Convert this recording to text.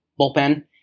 bullpen